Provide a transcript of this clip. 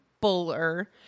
Buller